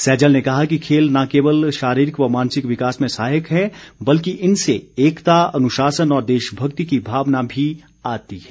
सैजल ने कहा कि खेल न केवल शारीरिक व मानसिक विकास में सहायक है बल्कि इनसे एकता अनुशासन और देशभक्ति की भावना भी आती है